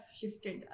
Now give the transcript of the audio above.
shifted